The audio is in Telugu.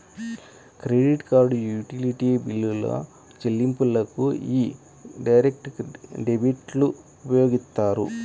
క్రెడిట్ కార్డ్, యుటిలిటీ బిల్లుల చెల్లింపులకు యీ డైరెక్ట్ డెబిట్లు ఉపయోగిత్తారు